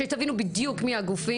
שתבינו בדיוק מי הגופים.